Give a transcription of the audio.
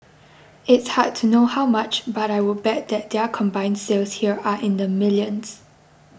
it's hard to know how much but I would bet that their combined sales here are in the millions